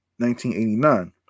1989